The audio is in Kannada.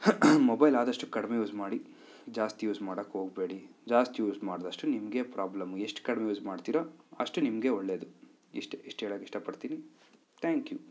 ಮೊಬೈಲ್ ಆದಷ್ಟು ಕಡಿಮೆ ಯೂಸ್ ಮಾಡಿ ಜಾಸ್ತಿ ಯೂಸ್ ಮಾಡೋಕ್ಕೆ ಹೋಗ್ಬೇಡಿ ಜಾಸ್ತಿ ಯೂಸ್ ಮಾಡಿದಷ್ಟು ನಿಮಗೇ ಪ್ರಾಬ್ಲಮ್ಮು ಎಷ್ಟು ಕಡಿಮೆ ಯೂಸ್ ಮಾಡ್ತಿರೋ ಅಷ್ಟು ನಿಮಗೇ ಒಳ್ಳೇದು ಇಷ್ಟೇ ಇಷ್ಟು ಹೇಳೋಕ್ಕೆ ಇಷ್ಟ ಪಡ್ತೀನಿ ತ್ಯಾಂಕ್ ಯು